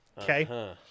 Okay